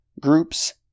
groups